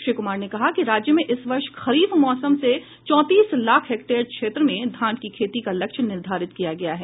श्री कुमार ने कहा कि राज्य में इस वर्ष खरीफ मौसम में चौंतीस लाख हेक्टेयर क्षेत्र में धान की खेती का लक्ष्य निर्धारित किया गया है